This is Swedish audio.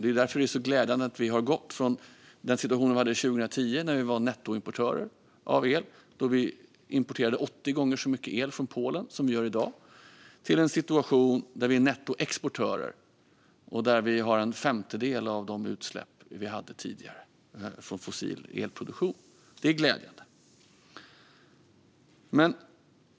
Det är därför det är så glädjande att vi har gått från den situation vi hade 2010, då vi var nettoimportörer av el och importerade 80 gånger så mycket el från Polen som vi gör i dag, till en situation där vi är nettoexportörer och där vi har en femtedel av de utsläpp från fossil elproduktion som vi hade tidigare. Det är glädjande.